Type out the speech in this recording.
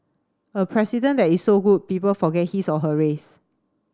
a president that is so good people forget his or her race